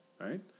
right